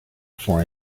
for